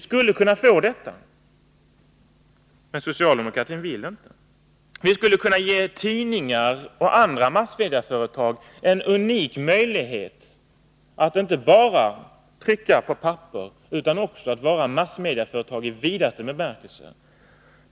Men socialdemokratin vill inte. Vi skulle kunna ge tidningar och andra massmedieföretag en unik möjlighet att inte bara trycka på papper utan också vara massmedieföretag i vidaste bemärkelse.